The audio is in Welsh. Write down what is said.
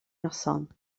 noson